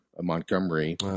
Montgomery